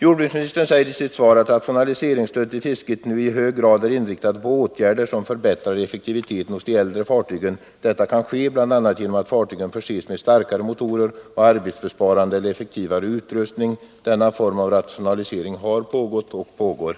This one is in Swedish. Jordbruksministern säger i sitt svar att rationaliseringsstödet till fisket nu i hög grad är ”inriktat på åtgärder som förbättrar effektiviteten hos de äldre fiskefartygen. Detta kan ske bl.a. genom att fartygen förses med starkare motorer och arbetsbesparande eller effektivare utrustning.” Denna form av rationalisering har pågått och pågår.